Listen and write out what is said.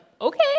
okay